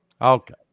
Okay